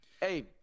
Hey